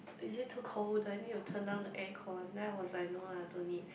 is it too cold do I need to turn down the air con then I was like no lah don't need